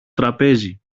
τραπέζι